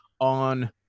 on